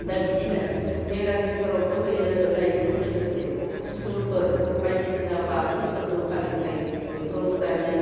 दा बिदिनो मेगाजिनफोरावबो होयो होनायजों लोगोसे स्कुलफोर बायदिसिना बाथौ फोरबो फालिथाय बेफोरावबो दानिया